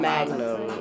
Magnum